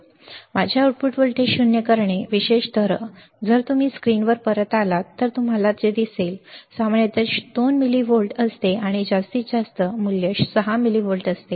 म्हणजे माझे output voltage शून्य करणे विशेषत जर तुम्ही स्क्रीनवर परत आलात तर तुम्हाला जे दिसेल सामान्यत मूल्य 2 मिलीव्होल्ट असते आणि जास्तीत जास्त मूल्य 6 मिलीव्होल्ट असते